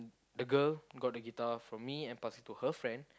the girl got the guitar from me and passed it to her friend